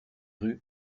rues